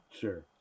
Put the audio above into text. Sure